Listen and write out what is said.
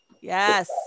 Yes